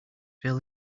fill